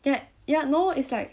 that yeah no it's like